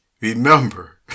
remember